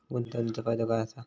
गुंतवणीचो फायदो काय असा?